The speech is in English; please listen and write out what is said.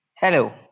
Hello